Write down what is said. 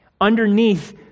underneath